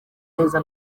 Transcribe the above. neza